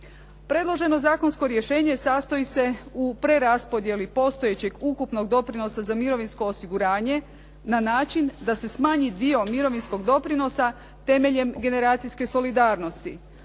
Predloženo zakonsko rješenje sastoji se u preraspodjeli postojećeg ukupnog doprinosa za mirovinsko osiguranje na način da se smanji dio mirovinskog doprinosa temeljem generacijske solidarnosti